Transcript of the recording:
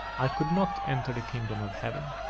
i could not enter the kingdom of heaven.